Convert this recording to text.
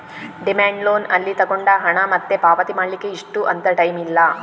demand loan ಅಲ್ಲಿ ತಗೊಂಡ ಹಣ ಮತ್ತೆ ಪಾವತಿ ಮಾಡ್ಲಿಕ್ಕೆ ಇಷ್ಟು ಅಂತ ಟೈಮ್ ಇಲ್ಲ